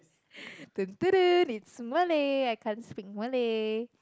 it's Malay I can't speak Malay